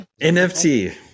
NFT